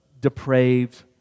depraved